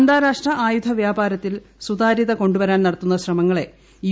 അന്താരാഷ്ട്ര ആയുധ വ്യാപാരത്തിൽ സുതാര്യത കൊണ്ടുവരാൻ നടത്തുന്ന ശ്രമങ്ങളെ യു